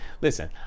listen